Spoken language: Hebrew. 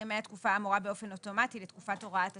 ימי התקופה האמורה באופן אוטומטי לתקופת הוראת השעה'.